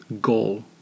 goal